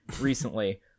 recently